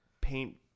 paint